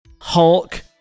Hulk